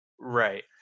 right